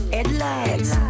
Headlights